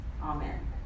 amen